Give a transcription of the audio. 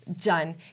Done